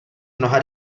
mnoha